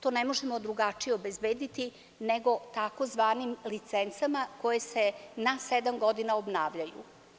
To ne možemo drugačije obezbediti nego tzv. licencama koje se na sedam godina obnavljaju.